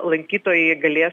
lankytojai galės